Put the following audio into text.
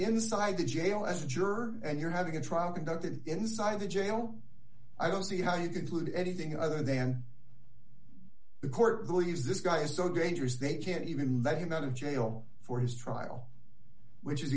inside the jail as a juror and you're having a trial conducted inside the jail i don't see how you conclude anything other than the court believes this guy is so dangerous they can't even let him out of jail for his trial which is